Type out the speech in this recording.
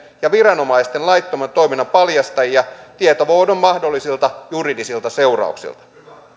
ja viranomaisten laittoman toiminnan paljastajia tietovuodon mahdollisilta juridisilta seurauksilta